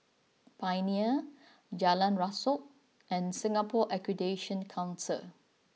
Pioneer Jalan Rasok and Singapore Accreditation Council